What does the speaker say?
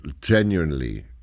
genuinely